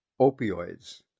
opioids